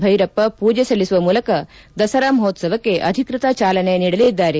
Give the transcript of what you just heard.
ಬೈರಪ್ಪ ಮೂಜೆ ಸಲ್ಲಿಸುವ ಮೂಲಕ ದಸರಾ ಮಹೋತ್ಸಕ್ಕೆ ಅಧಿಕೃತ ಚಾಲನೆ ನೀಡಲಿದ್ದಾರೆ